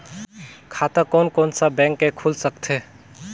खाता कोन कोन सा बैंक के खुल सकथे?